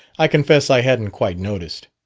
i confess i hadn't quite noticed.